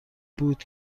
بود